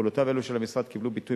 פעולותיו אלו של המשרד קיבלו ביטוי,